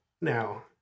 now